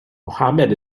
mohammed